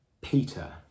Peter